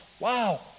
Wow